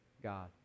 God